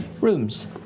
rooms